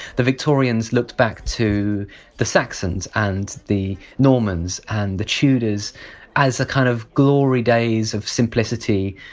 the victorians looked back to the saxons and the normans and the tudors as a kind of glory days of simplicity,